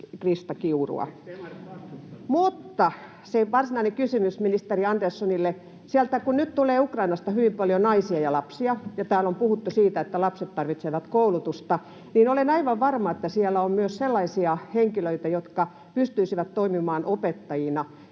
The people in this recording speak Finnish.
Mutta se varsinainen kysymys ministeri Anderssonille: Sieltä Ukrainasta kun nyt tulee hyvin paljon naisia ja lapsia ja täällä on puhuttu siitä, että lapset tarvitsevat koulutusta, niin olen aivan varma, että siellä on myös sellaisia henkilöitä, jotka pystyisivät toimimaan opettajina.